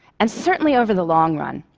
and certainly over the long run,